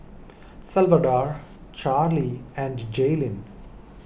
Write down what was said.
Salvador Charle and Jaelynn